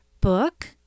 book